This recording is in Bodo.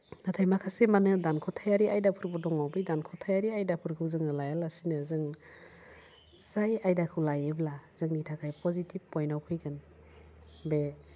नाथाय माखासे मानो दानख'थायारि आयदाफोरबो दङ बे दानख'थायारि आयदाफोरखौ जोङो लायालासिनो जों जाय आयदाखौ लायोब्ला जोंनि थाखाय पजिटिभ पइन्टाव फैगोन बे